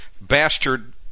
bastard